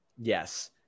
Yes